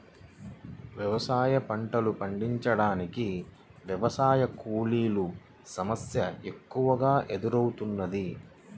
వ్యవసాయ పంటలు పండించటానికి వ్యవసాయ కూలీల సమస్య ఎక్కువగా ఎదురౌతున్నది